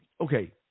okay